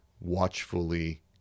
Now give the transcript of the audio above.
watchfully